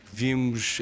vimos